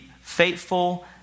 faithful